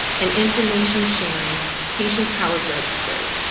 an information-sharing, patient-powered registry.